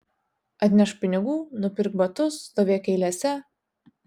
atnešk pinigų nupirk batus stovėk eilėse